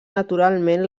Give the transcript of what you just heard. naturalment